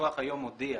לקוח היום הודיע,